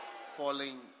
falling